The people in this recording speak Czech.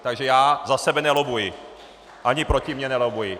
Takže já za sebe nelobbuji ani proti mně nelobbuji.